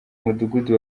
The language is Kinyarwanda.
mudugudu